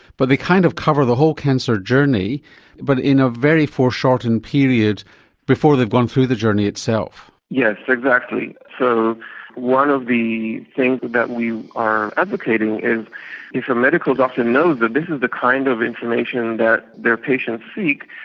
but they kind of cover the whole cancer journey but in a very foreshortened period before they've gone through the journey itself. yes, exactly. so one of the things that we are advocating is if a medical doctor knows that this is the kind of information that their patients seek,